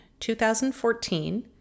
2014